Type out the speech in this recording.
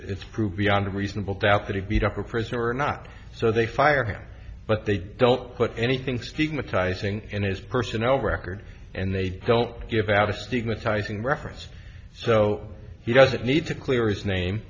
proved beyond a reasonable doubt that he beat up a prisoner or not so they fire him but they don't put anything stigmatizing in his personnel record and they don't give out a stigmatizing reference so he doesn't need to clear his name